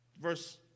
Verse